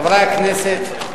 חברי הכנסת,